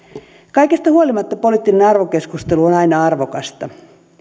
kaikesta huolimatta poliittinen arvokeskustelu on aina arvokasta